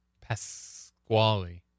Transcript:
pasquale